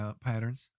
patterns